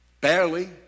barely